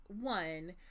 one